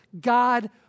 God